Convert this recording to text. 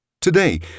Today